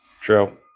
True